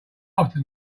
often